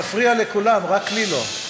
תפריע לכולם, רק לי לא.